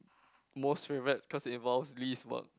most favorite cause involves least work